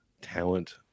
talent